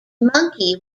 monkey